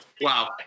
Wow